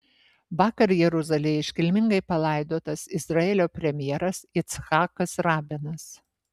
vakar jeruzalėje iškilmingai palaidotas izraelio premjeras icchakas rabinas